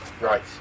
Right